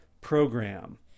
program